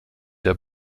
der